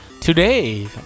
today